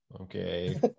Okay